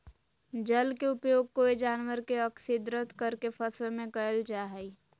जल के उपयोग कोय जानवर के अक्स्र्दित करके फंसवे में कयल जा हइ